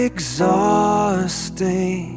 Exhausting